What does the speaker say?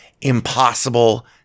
impossible